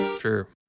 Sure